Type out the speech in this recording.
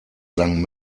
sang